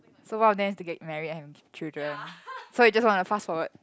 so one of them is to get married and have k~ children so you just want to fast forward